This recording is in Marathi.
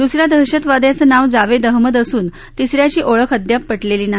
द्स या दहशतवाद्यांचं नाव जावेद अहमद असून तिस याची ओळख अद्याप पटलेली नाही